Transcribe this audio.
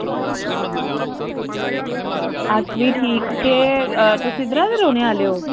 अस बी ठीक ते तुस इद्धर दा रौह्ने आह्ले ओ